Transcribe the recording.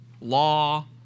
law